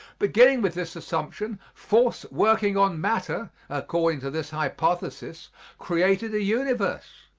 beginning with this assumption, force working on matter according to this hypothesis created a universe.